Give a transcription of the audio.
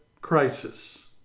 crisis